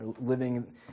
living